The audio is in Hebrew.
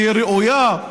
שהיא ראויה.